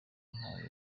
ntayo